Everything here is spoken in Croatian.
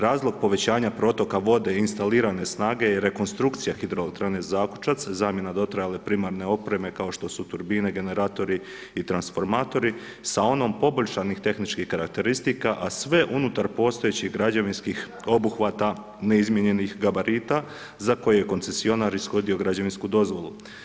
Razlog povećanja protoka voda instalirane snage je rekonstrukcija hidroelektrane Zakučac, zamjena dotrajale primarne opreme kao što su turbine, generatori i transformatori, sa onom poboljšanom tehnički karakteristika, a sve unutar postojećih građevinskih obuhvata neizmijenjenih gabarita za koje je koncesionar ishodio građevinsku dozvolu.